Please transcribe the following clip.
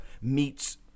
meets